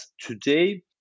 today